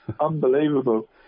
Unbelievable